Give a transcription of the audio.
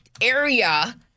area